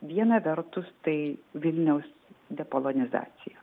viena vertus tai vilniaus depolonizacija